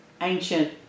ancient